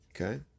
Okay